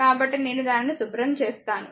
కాబట్టి నేను దానిని శుభ్రం చేస్తాను